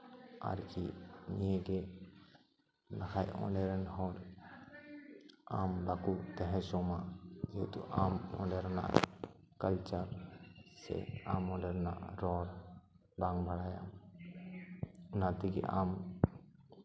ᱟᱨᱠᱤ ᱱᱤᱭᱟᱹᱜᱮ ᱵᱟᱠᱷᱟᱱ ᱚᱸᱰᱮ ᱨᱮᱱ ᱦᱚᱲ ᱟᱢ ᱵᱟᱠᱚ ᱛᱟᱦᱮᱸ ᱦᱚᱪᱚ ᱟᱢᱟ ᱡᱮᱦᱮᱛᱩ ᱟᱢ ᱚᱸᱰᱮ ᱨᱮᱱᱟᱜ ᱠᱟᱞᱪᱟᱨ ᱥᱮ ᱟᱢ ᱚᱸᱰᱮ ᱨᱮᱱᱟᱜ ᱨᱚᱲ ᱵᱟᱢ ᱵᱟᱲᱟᱭᱟᱢ ᱚᱱᱟ ᱛᱮᱜᱮ ᱟᱢ